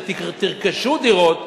ותרכשו דירות,